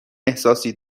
احساسی